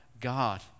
God